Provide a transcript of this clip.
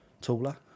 taller